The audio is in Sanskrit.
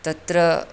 तत्र